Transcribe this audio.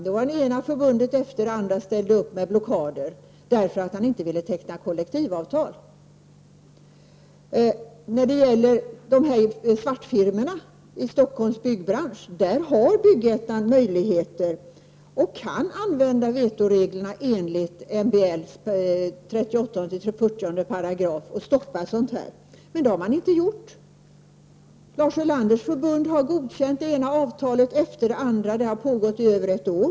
Det ena förbundet efter det andra ställde upp med blockader därför att Tore Gustavsson inte ville teckna kollektivavtal. När det gäller svartfirmorna i Stockholms byggbransch kan Bygg-Ettan använda vetoreglerna enligt 38--40 §§ MBL och stoppa sådana. Man har inte gjort det. Lars Ulanders förbund har godkänt det ena avtalet efter det andra. Det har pågått i över ett år.